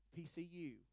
PCU